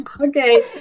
okay